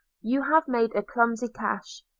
you have made a clumsy cache.